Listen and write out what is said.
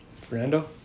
Fernando